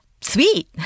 Sweet